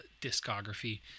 discography